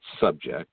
subject